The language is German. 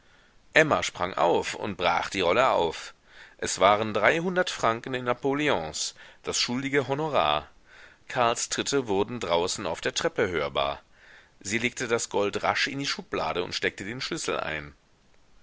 emma sprang auf und brach die rolle auf es waren dreihundert franken in napoleons das schuldige honorar karls tritte wurden draußen auf der treppe hörbar sie legte das gold rasch in die schublade und steckte den schlüssel ein